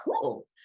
cool